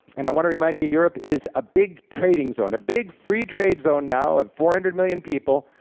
and i want to remind you europe is a big trading zone. a big free trade zone now, of four hundred million people,